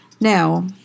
Now